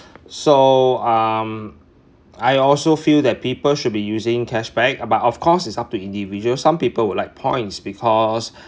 so um I also feel that people should be using cash back but of course it's up to individuals some people will like points because